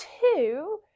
two